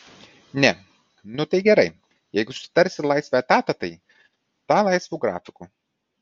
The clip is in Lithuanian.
ne nu tai gerai jeigu sutarsi laisvą etatą tai tą laisvu grafiku